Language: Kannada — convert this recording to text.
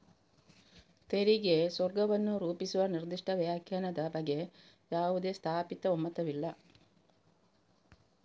ತೆರಿಗೆ ಸ್ವರ್ಗವನ್ನು ರೂಪಿಸುವ ನಿರ್ದಿಷ್ಟ ವ್ಯಾಖ್ಯಾನದ ಬಗ್ಗೆ ಯಾವುದೇ ಸ್ಥಾಪಿತ ಒಮ್ಮತವಿಲ್ಲ